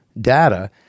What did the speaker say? data